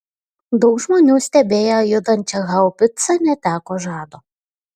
daug žmonių stebėję judančią haubicą neteko žado